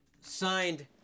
signed